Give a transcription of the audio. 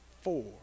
four